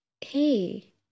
Hey